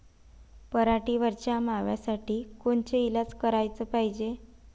पराटीवरच्या माव्यासाठी कोनचे इलाज कराच पायजे?